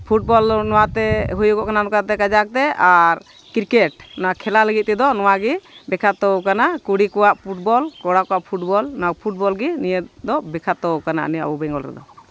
football ᱱᱚᱣᱟᱛᱮ ᱦᱩᱭᱩᱜᱚᱜ ᱠᱟᱱᱟ ᱚᱱᱠᱟᱛᱮ ᱠᱟᱡᱟᱠ ᱛᱮ ᱟᱨ ᱠᱨᱤᱠᱮᱴ ᱱᱚᱣᱟ ᱠᱷᱮᱞᱟ ᱞᱟᱹᱜᱤᱫ ᱛᱮᱫᱚ ᱱᱚᱣᱟᱜᱮ ᱵᱤᱠᱠᱷᱟᱛᱚ ᱠᱟᱱᱟ ᱠᱩᱲᱤ ᱠᱚᱣᱟᱜ ᱯᱷᱩᱴᱵᱚᱞ ᱠᱚᱲᱟ ᱠᱚᱣᱟᱜ ᱯᱷᱩᱴᱵᱚᱞ ᱱᱚᱣᱟ ᱯᱷᱩᱴᱵᱚᱞ ᱜᱮ ᱱᱤᱭᱟᱹ ᱫᱚ ᱵᱤᱠᱠᱷᱟᱛᱚ ᱠᱟᱱᱟ ᱱᱤᱭᱟᱹ ᱟᱵᱚ ᱵᱮᱝᱜᱚᱞ ᱨᱮᱫᱚ